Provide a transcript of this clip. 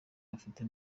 bafite